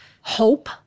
hope